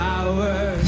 Power